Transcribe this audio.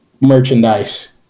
merchandise